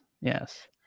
Yes